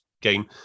game